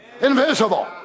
Invisible